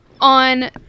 on